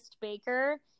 Baker